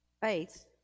Faith